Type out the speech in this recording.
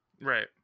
Right